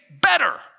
better